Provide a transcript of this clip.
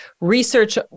research